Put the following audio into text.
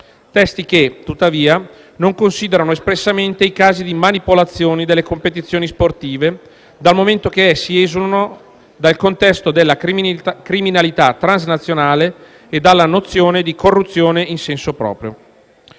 testi che, tuttavia, non considerano espressamente i casi di manipolazione delle competizioni sportive, dal momento che essi esulano dal contesto della criminalità transnazionale e dalla nozione di corruzione in senso proprio.